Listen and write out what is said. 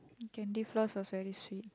candy floss was very sweet